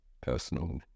personal